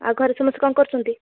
ଆଉ ଘରେ ସମସ୍ତେ କଣ କରୁଛନ୍ତି